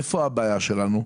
איפה הבעיה שלנו,